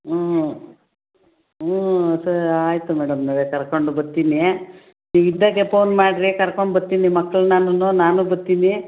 ಹ್ಞೂ ಹ್ಞೂ ಸರಿ ಆಯಿತು ಮೇಡಮ್ನವ್ರೆ ಕರ್ಕೊಂಡು ಬರ್ತೀನಿ ಈಗ ಇದ್ದಾಗೆ ಫೋನ್ ಮಾಡಿರಿ ಕರ್ಕೊಂಬರ್ತೀನಿ ಮಕ್ಕಳ್ನಾನು ನಾನು ಬರ್ತೀನಿ